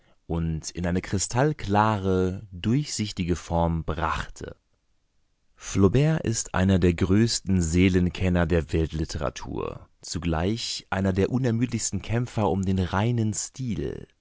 und in eine kristallklare durchsichtige form brachte flaubert ist einer der größten seelenkenner der weltliteratur zugleich einer der unermüdlichsten kämpfer um den reinen stil